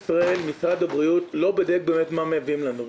משרד הבריאות לא בודק באמת מה מביאים לנו,